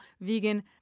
vegan